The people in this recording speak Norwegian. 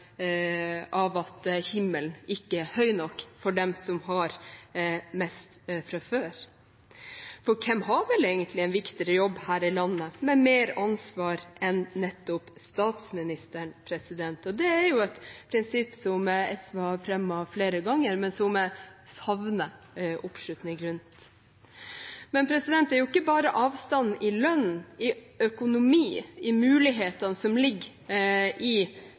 av at himmelen ikke er høy nok for dem som har mest fra før. For hvem har vel egentlig en viktigere jobb her i landet, med mer ansvar, enn nettopp statsministeren? Det er et prinsipp SV har fremmet flere ganger, men som jeg savner oppslutning rundt. Det er ikke bare avstanden i lønn, i økonomi, i mulighetene som ligger i